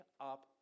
up